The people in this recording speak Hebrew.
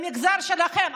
במגזר שלכם.